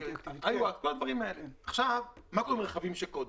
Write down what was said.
מה קורה עם רכבים ישנים,